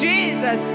Jesus